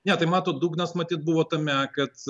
ne tai matot dugnas matyt buvo tame kad